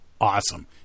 awesome